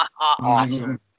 Awesome